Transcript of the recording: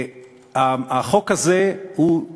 החוק הזה זהה